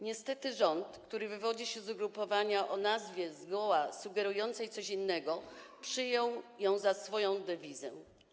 Niestety rząd, który wywodzi się z ugrupowania o nazwie sugerującej zgoła coś innego, przyjął je za swoją dewizę.